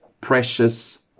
precious